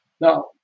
Now